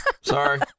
Sorry